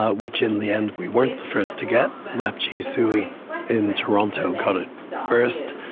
ah which in the end we weren't the first to get, lap-chee tsui in toronto got it first,